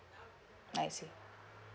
I see